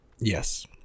Yes